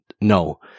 no